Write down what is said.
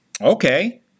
okay